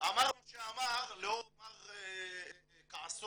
אמר מה שאמר לאור מר כעסו